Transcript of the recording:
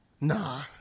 Nah